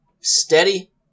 steady